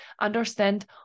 understand